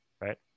right